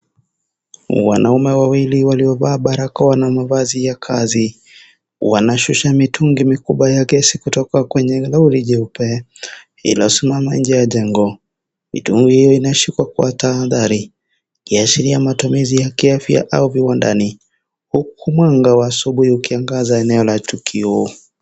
Wanaume wawili waliovaa barakoa na mavazi ya kazi. Wanashusha mitungi mikubwa ya gesi kutoka kwenye lori jeupe lililosimama nje ya jengo. Mitungi hiyo inashikwa kwa tahadhari ikiashiria matumizi ya kiafya au viwandani huku mwanga wa asubuhi ukiangaza eneo la tukio.